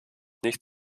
nicht